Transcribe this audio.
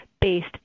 based